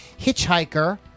Hitchhiker